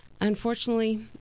Unfortunately